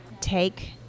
take